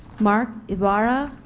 mark ibarra,